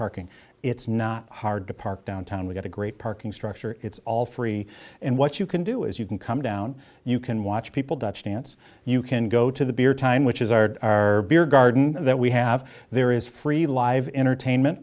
parking it's not hard to park downtown we've got a great parking structure it's all free and what you can do is you can come down you can watch people die chance you can go to the beer time which is our beer garden that we have there is free live entertainment